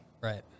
Right